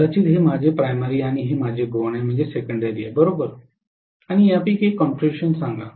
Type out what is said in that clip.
कदाचित हे माझे प्राथमिक आहे आणि हे माझे गौण आहे बरोबर आणि यापैकी एक कॉन्फिगरेशन सांगा